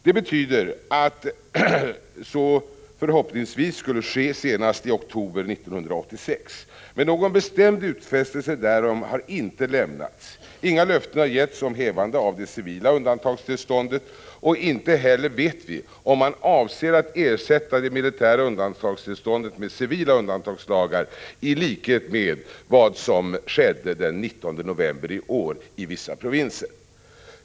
Det betyder att så förhoppningsvis skulle ske senast i oktober 1986. Men någon bestämd utfästelse därom har inte lämnats. Inga löften har getts om hävande av det civila undantagstillståndet. Inte heller vet vi om man avser att ersätta det militära undantagstillståndet med civila undantagslagar i likhet med vad som skedde den 19 november i år i vissa provinser.